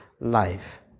life